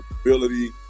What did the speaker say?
ability